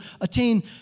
attain